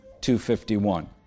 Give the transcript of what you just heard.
251